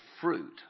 fruit